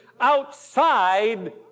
outside